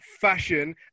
fashion